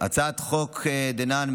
הצעת החוק דנן,